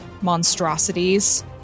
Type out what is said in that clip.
monstrosities